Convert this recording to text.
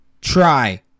try